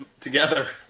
together